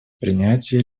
принятии